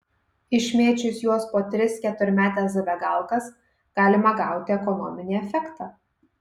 išmėčius juos po tris keturmetes zabegalkas galima gauti ekonominį efektą